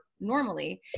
normally